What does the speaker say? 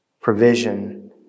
provision